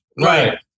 Right